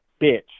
bitch